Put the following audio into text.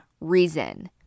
reason